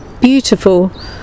beautiful